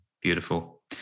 Beautiful